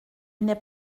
n’est